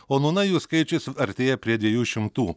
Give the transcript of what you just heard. o nūnai jų skaičius artėja prie dviejų šimtų